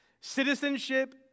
Citizenship